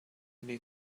need